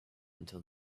until